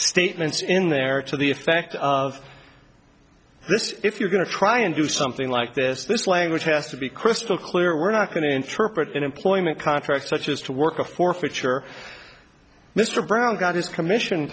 statements in there to the effect of this if you're going to try and do something like this this language has to be crystal clear we're not going to interpret an employment contract such as to work a forfeiture mr brown got his commission